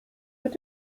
mit